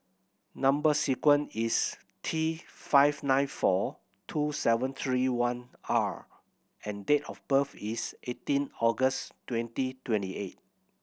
number sequence is T five nine four two seven three one R and date of birth is eighteen August twenty twenty eight